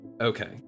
okay